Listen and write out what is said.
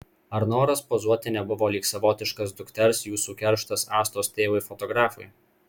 ar noras pozuoti nebuvo lyg savotiškas dukters jūsų kerštas astos tėvui fotografui